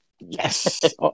Yes